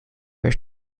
where